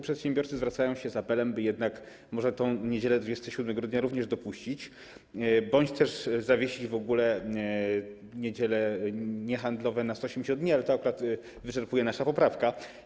Przedsiębiorcy zwracają się z apelem, by jednak może tę niedzielę 27 grudnia również dopuścić bądź też zawiesić w ogóle niedziele niehandlowe na 180 dni, ale to akurat wyczerpuje nasza poprawka.